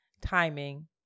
timing